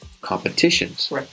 competitions